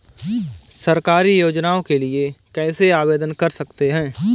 सरकारी योजनाओं के लिए कैसे आवेदन कर सकते हैं?